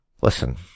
Listen